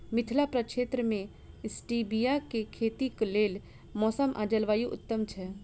मिथिला प्रक्षेत्र मे स्टीबिया केँ खेतीक लेल मौसम आ जलवायु उत्तम छै?